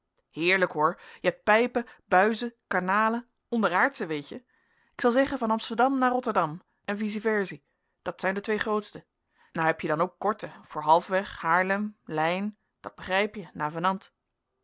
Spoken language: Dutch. heerlijk hoor je hebt pijpen buizen kanalen onderaardsche weetje k zel zeggen van amsterdam na rotterdam en vicie versie dat zijn de twee grootste nou heb je dan ook korte voor halfweg haarlem leiën dat begrijpje na